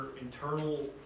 internal